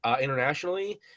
internationally